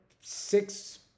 six